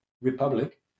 republic